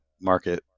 market